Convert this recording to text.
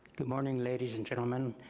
good morning ladies and gentlemen.